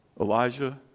Elijah